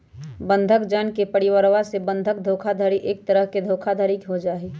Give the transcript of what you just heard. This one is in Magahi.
बंधक जन के परिवरवा से बंधक धोखाधडी एक तरह के धोखाधडी के जाहई